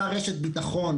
אותה רשת ביטחון,